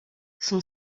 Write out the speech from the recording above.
son